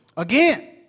Again